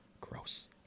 gross